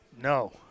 No